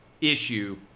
issue